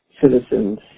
citizens